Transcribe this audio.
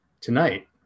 Tonight